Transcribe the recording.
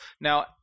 Now